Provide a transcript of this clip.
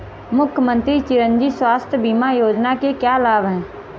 मुख्यमंत्री चिरंजी स्वास्थ्य बीमा योजना के क्या लाभ हैं?